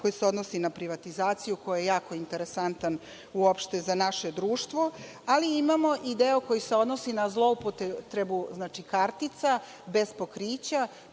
koja se odnose na privatizaciju, koja je jako interesantna za naše društvo, ali imamo i deo koji se odnosi na zloupotrebu kartica bez pokrića,